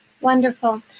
Wonderful